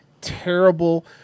terrible